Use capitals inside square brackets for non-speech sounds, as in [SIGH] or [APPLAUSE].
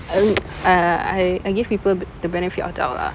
[NOISE] !aiya! I I give people the benefit of doubt lah